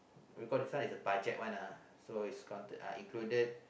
because this one is a budget one ah so is got to included